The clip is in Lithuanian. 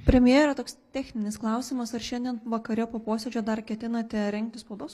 premjero toks techninis klausimas ar šiandien vakare po posėdžio dar ketinate rengti spaudos